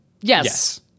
Yes